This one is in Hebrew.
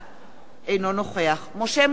אינו נוכח משה מטלון,